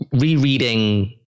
rereading